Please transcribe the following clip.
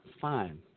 fine